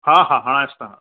हा हा हणायुसि था